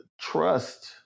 trust